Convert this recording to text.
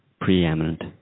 preeminent